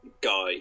guy